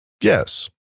Yes